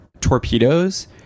torpedoes